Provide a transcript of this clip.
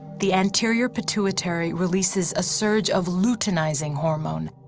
the anterior pituitary releases a surge of luteinizing hormone,